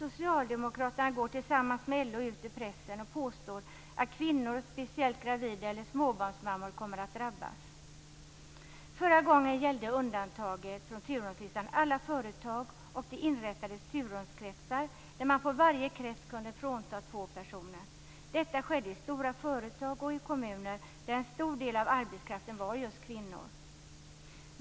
Socialdemokraterna går tillsammans med LO ut i pressen och påstår att kvinnor, speciellt gravida eller småbarnsmammor, kommer att drabbas. Förra gången gällde undantaget från turordningslistan alla företag och det inrättades turordningskretsar där man i varje krets kunde frånta två personer. Detta skedde i stora företag och i kommuner där en stor del av arbetskraften var just kvinnor.